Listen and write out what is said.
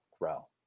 grow